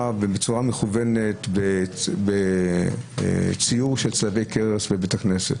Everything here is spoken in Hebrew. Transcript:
בצורה מכוונת על ציור צלבי קרס על בתי כנסת,